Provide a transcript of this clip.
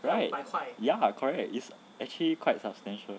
ya correct it's actually quite substantial